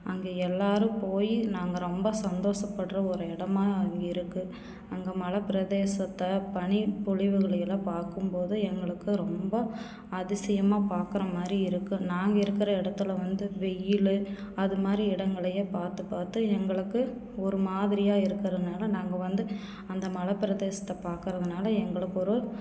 அங்கே எல்லாரும் போய் நாங்கள் ரொம்ப சந்தோஷப்படுற ஒரு இடமாக அங்கே இருக்கு அங்கே மழை பிரதேசத்தை பனிப்பொழிவுகளை எல்லாம் பார்க்கும்போது எங்களுக்கு ரொம்ப அதிசியமாக பார்க்கற மாதிரி இருக்கும் நாங்கள் இருக்கிற இடத்துல வந்து வெயில் அதுமாதிரி இடங்களையே பார்த்து பார்த்து எங்களுக்கு ஒரு மாதிரியாக இருக்கிறனால நாங்கள் வந்து அந்த மலை பிரதேஷத்தை பார்க்கறதுனால எங்களுக்கு ஒரு